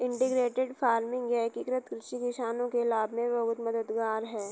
integrated farming या एकीकृत कृषि किसानों के लाभ में बहुत मददगार है